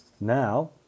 Now